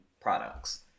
products